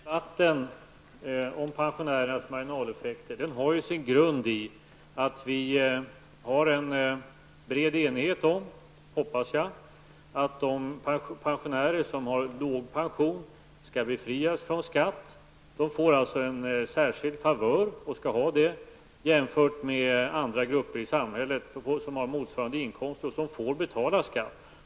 Herr talman! Debatten om pensionärernas marginaleffekter har sin grund i att det finns en bred enighet om, hoppas jag, att de pensionärer som har låg pension skall befrias från skatt. De får alltså en särskild favör, vilket de skall ha, jämfört med andra grupper i samhället som har motsvarande inkomster och som får betala skatt.